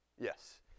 Yes